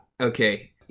Okay